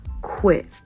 quit